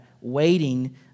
waiting